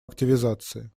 активизации